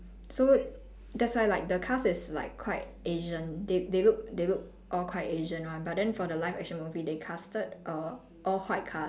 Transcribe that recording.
so that's why like the cast is like quite asian they they look they look all quite asian [one] but then for the live action movie they casted a all white cast